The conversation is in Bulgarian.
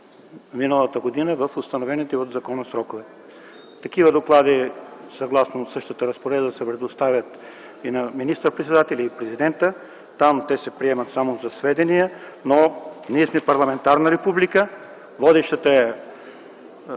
миналата година в установените от закона срокове. Такива доклади съгласно същата разпоредба се предоставят и на министър-председателя, и на президента. Там те се приемат само за сведение. Ние сме парламентарна република, водещата и